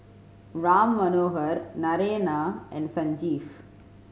Ram Manohar Naraina and Sanjeev